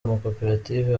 amakoperative